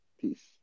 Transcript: peace